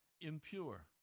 impure